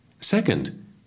Second